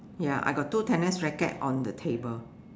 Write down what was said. ya I got two tennis racket on the table